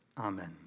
Amen